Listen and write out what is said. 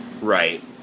Right